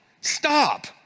Stop